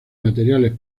materiales